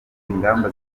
ingamba